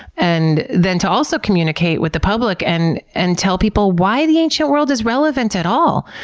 and then to also communicate with the public and and tell people why the ancient world is relevant at all.